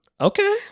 Okay